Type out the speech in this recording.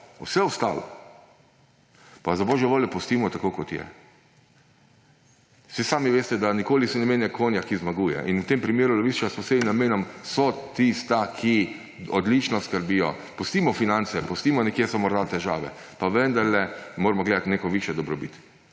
Vse ostalo pa, za božjo voljo, pustimo tako, kot je. Saj sami veste, da nikoli se ne menja konja, ki zmaguje. V tem primeru so lovišča s posebnim namenom tista, ki odlično skrbijo. Pustimo finance, nekje so morda težave, pa vendarle moramo gledati neko višjo dobrobit,